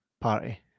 party